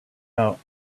out